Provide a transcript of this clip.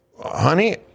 honey